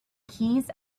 keys